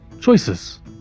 choices